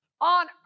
on